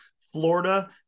florida